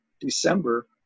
December